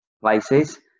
places